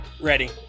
Ready